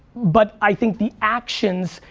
but i think the actions,